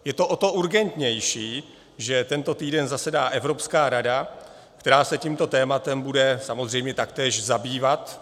Je to o to urgentnější, že tento týden zasedá Evropská rada, která se tímto tématem bude samozřejmě taktéž zabývat.